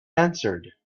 answered